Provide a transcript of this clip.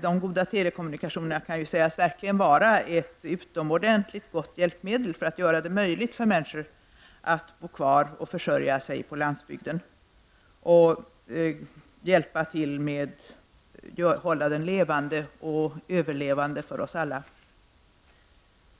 De goda telekommunikationerna kan sägas verkligen vara ett utomordentligt gott hjälpmedel för att göra det möjligt för människor att bo kvar och försörja sig på landsbygden och hålla den levande och överlevande för oss alla.